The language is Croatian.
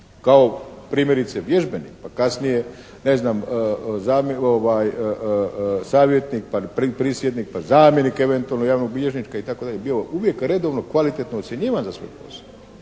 kao primjerice vježbenik pa kasnije, ne znam, savjetnik, prisjednik pa zamjenik eventualno javnog bilježnika, itd., bio uvijek redovno, kvalitetno ocjenjivan za svoj posao